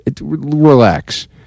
relax